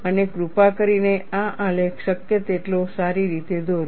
અને કૃપા કરીને આ આલેખ શક્ય તેટલો સારી રીતે દોરો